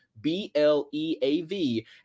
B-L-E-A-V